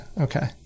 Okay